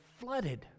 flooded